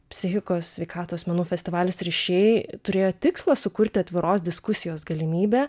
psichikos sveikatos menų festivalis rišėjai turėjo tikslą sukurti atviros diskusijos galimybę